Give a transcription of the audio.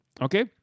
okay